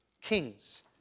Kings